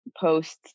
posts